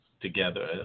together